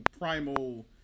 primal